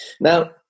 Now